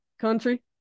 Country